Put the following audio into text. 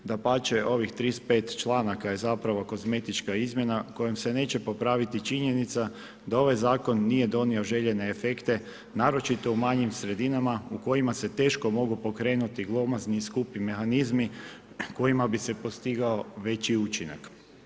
Dapače ovih 35 članaka je zapravo kozmetička izmjena kojom se neće popraviti činjenica da ovaj zakon nije donio željene efekte naročito u manjim sredinama u kojima se teško mogu pokrenuti glomazni i skupi mehanizmi kojima bi se postigao veći učinak.